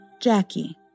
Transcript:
Jackie